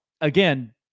again